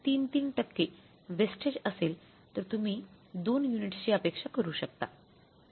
33 टक्के वेस्टेज असेल तर तुम्ही २ युनिट्सची अपेक्षा करू शकता